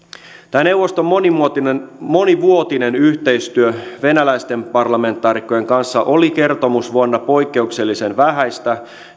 tämä neuvoston monivuotinen monivuotinen yhteistyö venäläisten parlamentaarikkojen kanssa oli kertomusvuonna poikkeuksellisen vähäistä